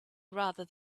rather